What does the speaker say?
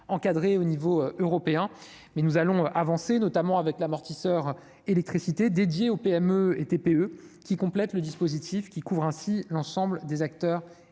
encadré au niveau européen, mais nous allons avancer notamment avec l'amortisseur électricité dédié aux PME et TPE qui complète le dispositif qui couvre ainsi l'ensemble des acteurs économiques,